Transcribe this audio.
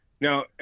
now